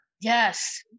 Yes